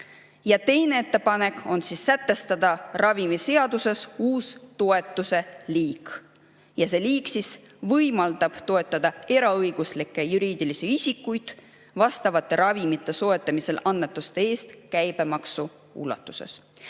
Ja teine ettepanek on sätestada ravimiseaduses uus toetuse liik. Ja see liik võimaldab toetada eraõiguslikke juriidilisi isikuid vastavate ravimite soetamisel annetuste eest käibemaksu ulatuses.